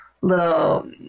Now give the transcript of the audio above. little